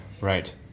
Right